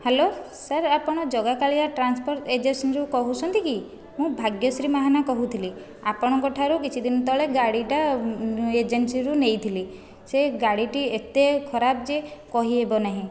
hello sir ଆପଣ Jagakalia transport ଏଜେନ୍ସିରୁ କହୁଛନ୍ତି କି ମୁଁ ଭାଗ୍ୟଶ୍ରୀ ମାହାନା କହୁଥିଲି ଆପଣଙ୍କଠାରୁ କିଛିଦିନ ତଳେ ଗାଡ଼ିଟା ଏଜେନ୍ସିରୁ ନେଇଥିଲି ସେ ଗାଡ଼ିଟି ଏତେ ଖରାପ ଯେ କହିହେବ ନାହିଁ